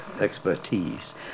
expertise